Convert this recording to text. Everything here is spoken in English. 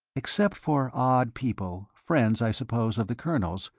except for odd people, friends, i suppose, of the colonel's,